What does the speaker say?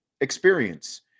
Experience